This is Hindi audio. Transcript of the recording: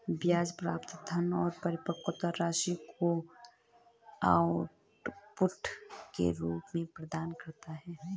ब्याज प्राप्त धन और परिपक्वता राशि को आउटपुट के रूप में प्रदान करता है